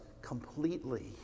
completely